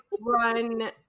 run